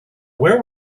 where